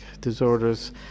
disorders